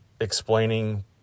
explaining